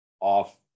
off